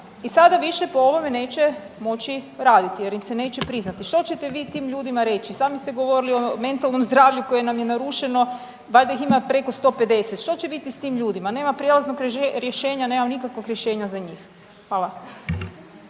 i sada više neće po ovome neće moći raditi jer im se neće priznati. Što ćete vi tim ljudima reći? Sami ste govorili o mentalnom zdravlju koje nam je narušeno, valjda ih ima preko 150, što će biti s tim ljudima? Nema prijelaznog rješenja, nema nikakvog rješenja za njih. Hvala.